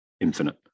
infinite